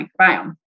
microbiome